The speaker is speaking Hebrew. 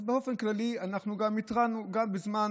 אז באופן כללי אנחנו התרענו, וגם בזמן